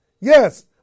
yes